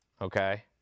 okay